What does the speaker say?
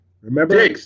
Remember